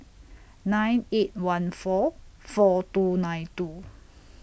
nine eight one four four two nine two